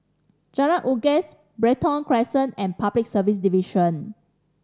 Jalan Unggas Brighton Crescent and Public Service Division